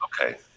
Okay